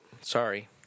sorry